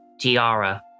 tiara